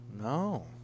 No